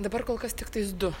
dabar kol kas tiktais du